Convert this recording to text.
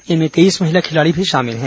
इनमें तेईस महिला खिलाड़ी भी शामिल हैं